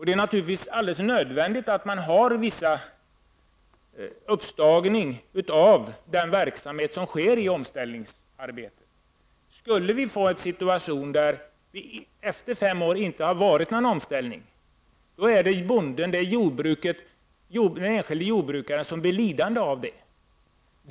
Det är naturligtvis nödvändigt att man har viss uppstagning av den verksamhet som sker i omställningsarbetet. Skulle den situationen uppstå att det efter fem år inte skett någon omställning är det den enskilde jordbrukaren som blir lidande på det.